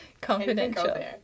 confidential